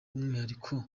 umwihariko